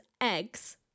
eggs